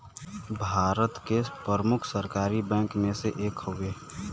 भारत के प्रमुख सरकारी बैंक मे से एक हउवे